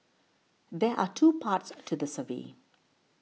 there are two parts to the survey